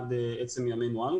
עד עצם ימינו אנו.